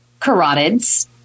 carotids